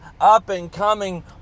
up-and-coming